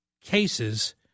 cases